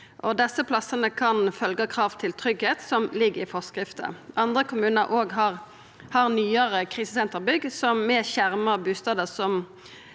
Desse plassane kan følgja krav til tryggleik som ligg i forskrifta. Andre kommunar har nyare krisesenterbygg med skjerma bustadar, som